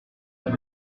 êtes